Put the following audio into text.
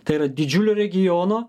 tai yra didžiulio regiono